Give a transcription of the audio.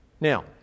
Now